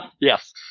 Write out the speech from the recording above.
yes